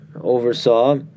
oversaw